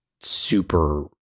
super